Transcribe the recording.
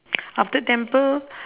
after temple